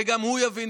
וגם הוא יבין,